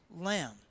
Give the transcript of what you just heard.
lamb